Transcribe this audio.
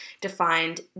defined